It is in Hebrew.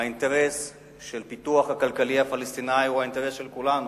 האינטרס של הפיתוח הכלכלי הפלסטיני הוא האינטרס של כולנו,